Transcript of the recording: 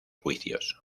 juicios